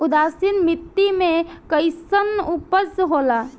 उदासीन मिट्टी में कईसन उपज होला?